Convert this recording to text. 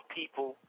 people